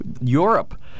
Europe